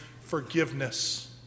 forgiveness